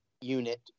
unit